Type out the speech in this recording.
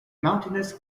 mountainous